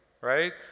right